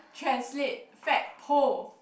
translate fat pole